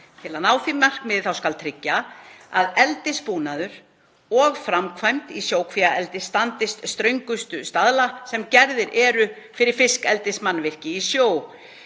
Til að ná því markmiði skal tryggt að eldisbúnaður og framkvæmd í sjókvíaeldi standist ströngustu staðla sem gerðir eru fyrir fiskeldismannvirki í sjó.“